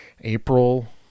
April